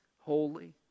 holy